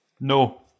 no